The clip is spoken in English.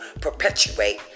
perpetuate